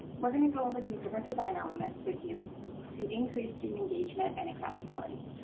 we're going to go over these different design elements with you to increase student engagement and accessibility.